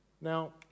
Now